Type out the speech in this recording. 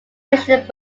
mentioned